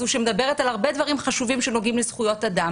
שמדברת על הרבה דברים חשובים שנוגעים לזכויות אדם